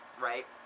right